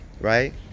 Right